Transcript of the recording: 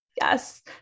Yes